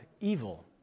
evil